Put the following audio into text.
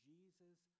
Jesus